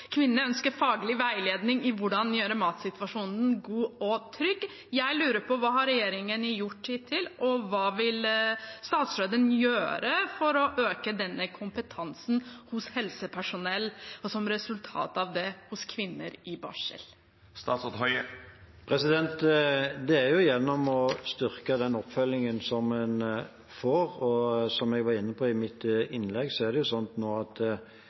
Kvinnene ønsker faglig veiledning i hvordan de skal gjøre matsituasjonen god og trygg. Jeg lurer på hva regjeringen har gjort hittil, hva statsråden vil gjøre for å øke denne kompetansen hos helsepersonell, og hva resultatet av det blir for kvinner i barsel. Det skjer gjennom å styrke den oppfølgingen som en får. Som jeg var inne på i mitt innlegg, er det slik nå at